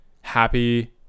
happy